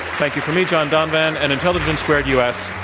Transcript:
thank you from me, john donvan and intelligence squared u. s.